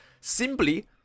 simply